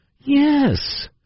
Yes